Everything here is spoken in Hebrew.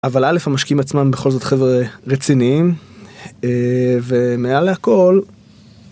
אבל א', המשקיעים עצמם בכל זאת חבר'ה רציניים, ומעלה הכל.